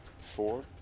four